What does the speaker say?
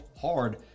hard